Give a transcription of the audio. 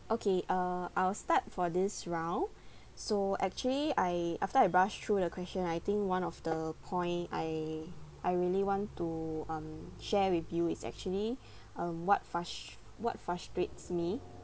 okay uh I'll start for this round so actually I after I browsed through the question I think one of the point I I really want to um share with you is actually um what frus~ what frustrates me